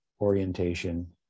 orientation